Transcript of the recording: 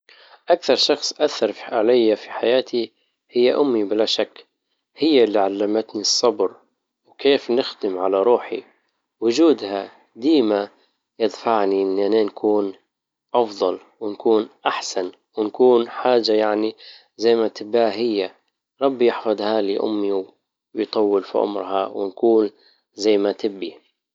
اكثر شخص اثر علي في حياتي هي امي بلا شك هي اللي علمتني الصبر وكيف نختم على روحي وجودها ديما يدفعني ان انا نكون افضل ونكون احسن ونكون حاجة يعني زي ما تباه هي، ربي يحفظها لي امي ويطول في عمرها ونكون زي ما تبي